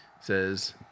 says